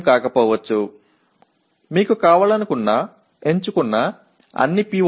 நீங்கள் விரும்பினால் கூட தேர்ந்தெடுக்கப்பட்ட அனைத்து பி